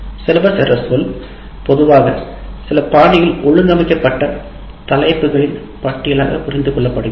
"பாடத்திட்டம்" என்ற சொல் பொதுவாக சில பாணியில் ஒழுங்கமைக்கப்பட்ட தலைப்புகளின் பட்டியலாக புரிந்துகொள்ளப்படுகிறது